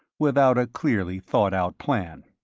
without a clearly thought out plan.